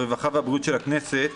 הרווחה והבריאות של הכנסת